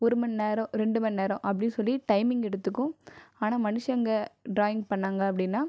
ஒருமணி நேரம் ரெண்டுமணி நேரம் அப்படி சொல்லி டைமிங் எடுத்துக்கும் ஆனால் மனுஷங்க ட்ராயிங் பண்ணாங்கள் அப்படின்னா